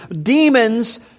Demons